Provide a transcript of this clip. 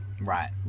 Right